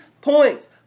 points